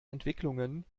entwicklungen